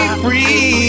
free